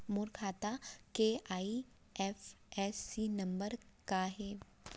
मोर खाता के IFSC number का हे?